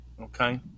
Okay